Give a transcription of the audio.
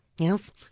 Yes